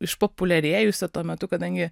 išpopuliarėjusio tuo metu kadangi